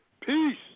peace